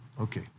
Okay